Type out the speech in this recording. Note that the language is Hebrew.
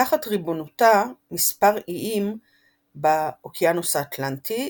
תחת ריבונותה מספר איים באוקיינוס האטלנטי,